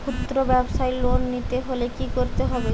খুদ্রব্যাবসায় লোন নিতে হলে কি করতে হবে?